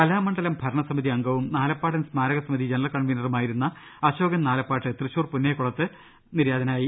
കലാമണ്ഡലം ഭരണ സമിതി അംഗവും നാലപ്പാടൻ സ്മാരക സമിതി ജനറൽ കൺവീനറുമായിരുന്ന അശോകൻ നാലപ്പാട്ട് തൃശൂർ പുന്നയൂർക്കുളത്ത് നിര്യാതനായി